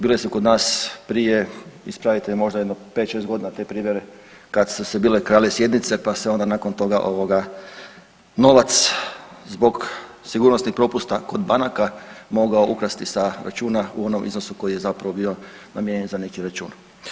Bile su kod nas prije, ispravite me možda jedno pet, šest godina te prijevare kad su se bile krale sjednice pa se nakon toga novac zbog sigurnosnih propusta kod banaka mogao ukrasti sa računa u onom iznosu koji je zapravo bio namijenjeni za neki račun.